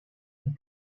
rule